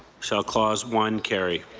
shall clause one carry?